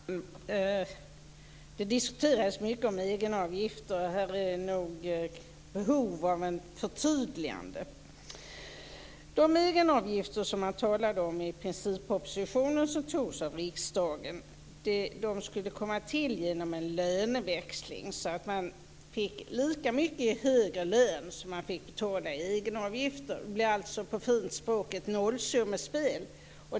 Herr talman! Det diskuterades mycket om egenavgifter. Det finns nog behov av ett förtydligande. De egenavgifter som man skrev om i princippropositionen, som antogs av riksdagen, skulle komma till genom en löneväxling. Man skulle få lika mycket i högre lön som man skulle få betala i högre egenavgifter. Det var på fint språk ett nollsummespel.